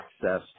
access